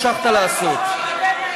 המשכת לעשות.